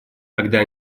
когда